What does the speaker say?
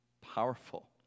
powerful